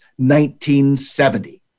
1970